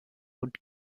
und